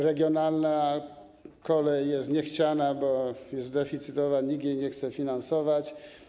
Regionalna kolej jest niechciana, bo jest deficytowa i nikt nie chce jej finansować.